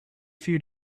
few